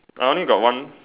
I only got one